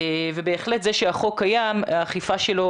ובהחלט זה שהחוק קיים, האכיפה שלו